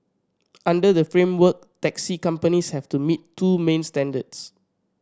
under the framework taxi companies have to meet two main standards